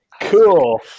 Cool